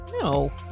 No